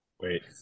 Wait